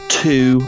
two